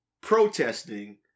protesting